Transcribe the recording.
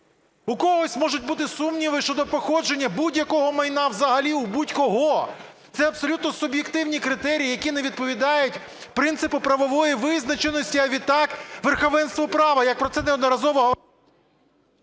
У когось можуть бути сумніви щодо походження будь-якого майна взагалі у будь-кого. Це абсолютно суб'єктивні критерії, які не відповідають принципу правової визначеності, а відтак верховенства права, як про це неодноразово…